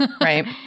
right